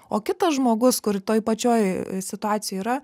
o kitas žmogus kur toj pačioj situacijoj yra